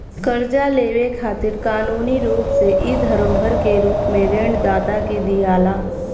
कर्जा लेवे खातिर कानूनी रूप से इ धरोहर के रूप में ऋण दाता के दियाला